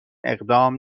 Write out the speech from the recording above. اقدام